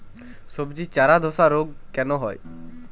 সবজির চারা ধ্বসা রোগ কেন হয়?